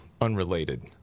unrelated